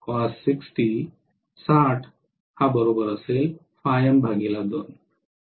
तर असे होईल